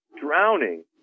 drowning